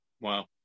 Wow